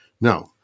Now